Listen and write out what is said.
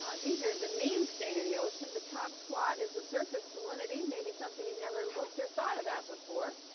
ah these are the mean state of the ocean. the top plot is the surface salinity. maybe something you've never looked or thought about before.